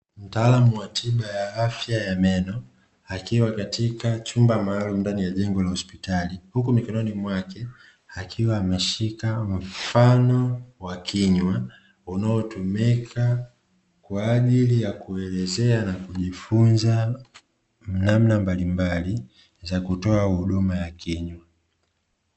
Mtaalamu wa tiba ya afya ya meno akiwa katika chumba maalum ndani ya jengo la hospitali. Huku mikononi mwake akiwa ameshika mfano wa kinywa unaotumika, kwa ajili ya kuelezea na kujifunza namna mbalimbali za kutoa huduma ya kinywa.